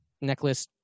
necklace